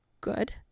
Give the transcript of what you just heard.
good